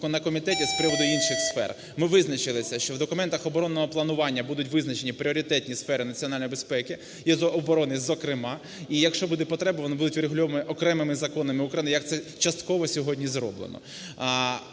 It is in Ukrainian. на комітеті з приводу інших сфер, ми визначилися, що в документах оборонного планування будуть визначені пріоритетні сфери національної безпеки і оборони, зокрема. І якщо буде потреба, вони будуть врегульовані окремими законами, як це частково сьогодні зроблено.